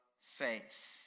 faith